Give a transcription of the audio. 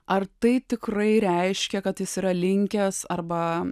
ar tai tikrai reiškia kad jis yra linkęs arba